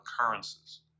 occurrences